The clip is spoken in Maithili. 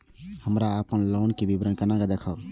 हमरा अपन लोन के विवरण केना देखब?